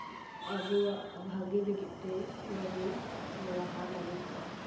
ᱟᱵᱚᱣᱟᱜ ᱵᱷᱟᱜᱮ ᱞᱟᱹᱜᱤᱫ ᱛᱮ ᱵᱟᱵᱚ ᱞᱟᱦᱟ ᱫᱟᱲᱮ ᱠᱚᱜᱼᱟ